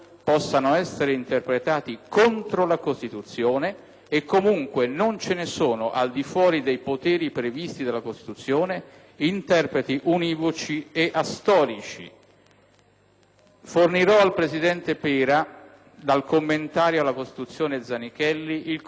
e comunque non vi sono, al di fuori dei poteri previsti dalla Costituzione, interpreti univoci e astorici. Fornirò al presidente Pera, dal "Commentario alla Costituzione" Zanichelli, il commento del professor Barbera all'articolo 2 della Costituzione.